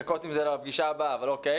חשבתי לחכות עם זה לפגישה הבאה, אבל אוקיי.